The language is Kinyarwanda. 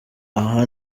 aha